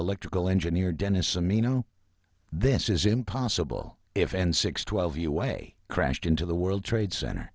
electrical engineer dennis amino this is impossible if end six twelve you way crashed into the world trade center